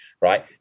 right